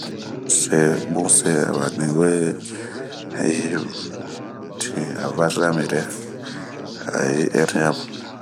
mu se ,bunab seean i we yi tin a ŋarira miyɛrɛ ayi ɛnɛyamu